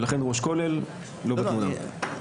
ולכן ראש כולל לא בתמונה.